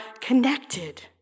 connected